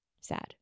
sad